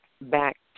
back